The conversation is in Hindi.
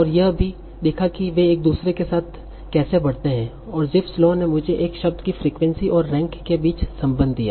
और यह भी देखा कि वे एक दूसरे के साथ कैसे बढ़ते हैं और जिपफ लॉ ने मुझे एक शब्द की फ्रीक्वेंसी और रैंक के बीच संबंध दिया